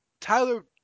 Tyler